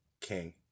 king